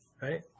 right